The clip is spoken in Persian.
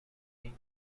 این